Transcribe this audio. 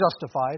justified